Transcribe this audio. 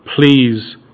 please